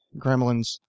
gremlins